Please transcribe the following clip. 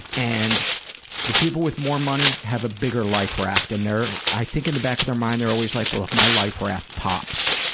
and the people with more money have a bigger life raft and they're, i think in the back of their mind they're always like, well, if my life raft pops,